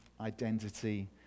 identity